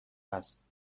است